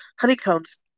honeycombs